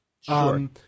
Sure